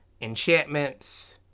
enchantments